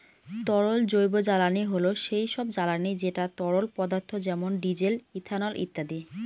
তরল জৈবজ্বালানী হল সেই সব জ্বালানি যেটা তরল পদার্থ যেমন ডিজেল, ইথানল ইত্যাদি